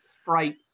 sprite